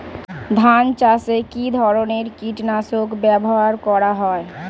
ধান চাষে কী ধরনের কীট নাশক ব্যাবহার করা হয়?